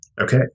Okay